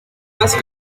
más